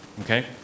okay